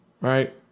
right